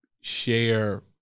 share